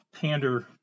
pander